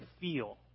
feel